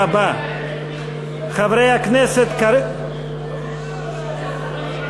הבא: חברי הכנסת קארין,